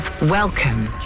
Welcome